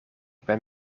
ben